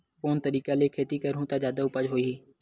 कोन तरीका ले खेती करहु त जादा उपज होही?